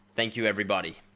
thank you everybody.